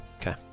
Okay